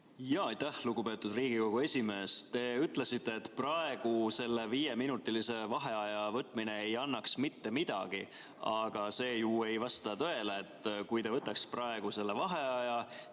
Aitäh, lugupeetud Riigikogu esimees! Te ütlesite, et praegu viieminutilise vaheaja võtmine ei annaks mitte midagi, aga see ju ei vasta tõele. Kui te võtaks praegu selle vaheaja